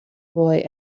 boy